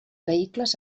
vehicles